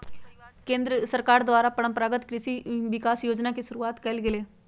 केंद्र सरकार द्वारा परंपरागत कृषि विकास योजना शुरूआत कइल गेलय